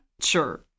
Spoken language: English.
sure